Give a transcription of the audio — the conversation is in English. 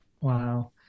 Wow